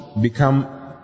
become